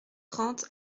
trente